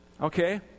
Okay